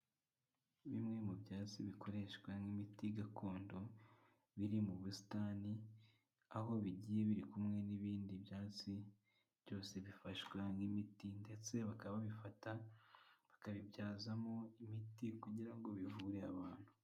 Bimwe mu byatsi bikoreshwa nk'imiti gakondo biri mu busitani, aho bigiye biri kumwe n'ibindi byatsi byose bifashwa nk'imiti ndetse bakaba babifata bakabibyazamo imiti kugira ngo bivure abantu.